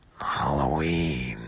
Halloween